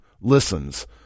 listens